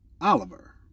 Oliver